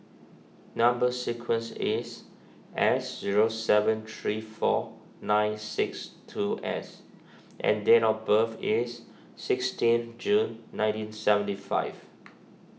Number Sequence is S zero seven three four nine six two S and date of birth is sixteen June nineteen seventy five